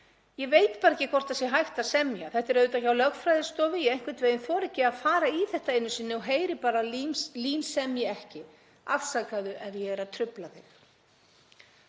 Ég veit bara ekki hvort það sé hægt að semja. Þetta er auðvitað hjá lögfræðistofu, ég einhvern veginn þori ekki að fara í þetta einu sinni og heyri bara að LÍN semji ekki. Afsakaðu ef ég er að trufla þig.